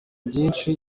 byinshi